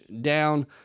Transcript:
down